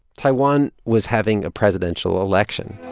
taiwan was having a presidential election